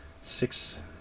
six